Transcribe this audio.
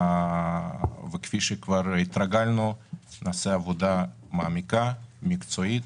נעשה עבודה מעמיקה, מקצועית,